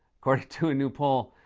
according to a new poll,